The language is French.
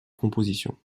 composition